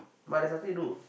but there's nothing to do